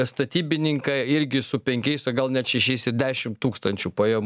statybininką irgi su penkiais o gal net šešiais ir dešim tūkstančių pajamų